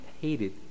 hated